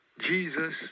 Jesus